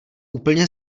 úplně